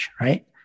right